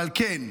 אבל כן,